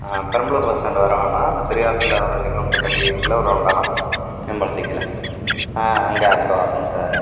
ஆ Perambalur bus stand வர வேண்டாம் அந்த பெரியார் சிலை ஒரு ரெண்டு கிலோமீட்டர் தள்ளி இருக்குல்ல ஒரு ரவுண்டானா மேம்பாலத்துக்கு கீழே ஆ அங்கே அங்கே வரணும் சார்